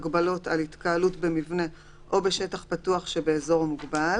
הגבלות על התקהלות במבנה או בשטח פתוח שבאזור מוגבל,"